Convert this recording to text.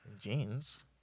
Jeans